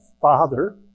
Father